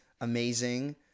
Amazing